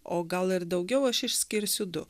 o gal ir daugiau aš išskirsiu du